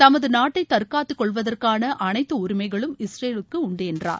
தமது நாட்டை தற்காத்துக் கொள்வதற்கான அனைத்து உரிமைகளும் இஸ்ரேலுக்கு உண்டு என்றார்